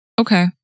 Okay